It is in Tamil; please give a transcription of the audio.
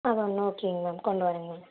அது ஒன்றா ஓகேங்க மேம் கொண்டு வரேங்க மேம்